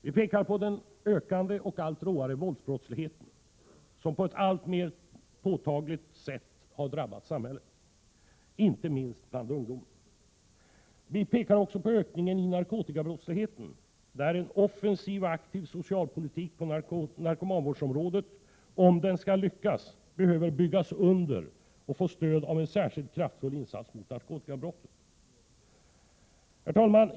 Vi pekar på den ökande och allt råare våldsbrottsligheten, inte minst bland ungdom, som på ett alltmer påtagligt sätt har drabbat samhället. Vi pekar också på ökningen av narkotikabrottsligheten, där en offensiv och aktiv socialpolitik på narkomanvårdsområdet, om den skall lyckas, behöver byggas under och få stöd av en särskilt kraftfull insats mot narkotikabrotten. Herr talman!